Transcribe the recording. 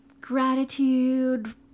gratitude